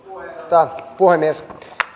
arvoisa puhemies